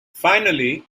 finally